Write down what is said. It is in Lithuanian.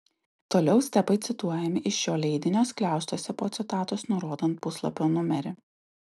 toliau stepai cituojami iš šio leidinio skliaustuose po citatos nurodant puslapio numerį